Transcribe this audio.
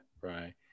right